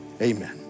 Amen